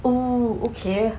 oh okay